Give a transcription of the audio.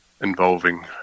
involving